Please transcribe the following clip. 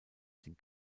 den